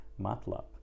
MATLAB